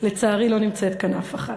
לצערי לא נמצאת כאן אף אחת.